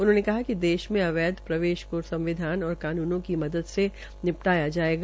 उन्होंने कहा कि देश में अवैध प्रवेश को संविधान और कानूनों की मद से निपटाया जायेगा